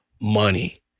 money